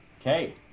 okay